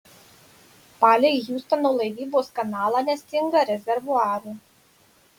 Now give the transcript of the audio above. palei hjustono laivybos kanalą nestinga rezervuarų